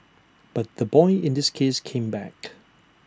but the boy in this case came back